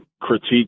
critique